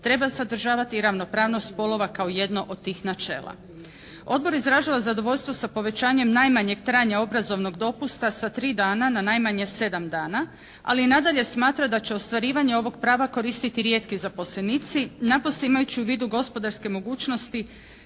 treba sadržavati ravnopravnost spolova kao jedno od tih načela. Odbor izražava zadovoljstvo sa povećanjem najmanjeg trajanja obrazovnog dopusta sa 3 dana na najmanje 7 dana, ali i nadalje smatra da će ostvarivanje ovog prava koristiti rijetki zaposlenici. Napose imajući u vidu gospodarske mogućnosti